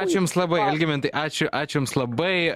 ačiū jums labai algimintai ačiū ačiū jums labai